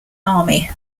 army